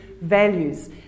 values